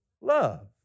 love